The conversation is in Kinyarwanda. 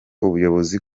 ubuyobozi